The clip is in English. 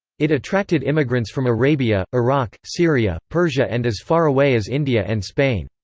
it attracted immigrants from arabia, iraq, syria, persia and as far away as india and spain.